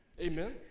amen